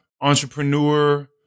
entrepreneur